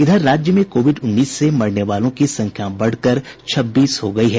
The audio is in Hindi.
इधर राज्य में कोविड उन्नीस से मरने वालों की संख्या बढ़कर छब्बीस हो गयी है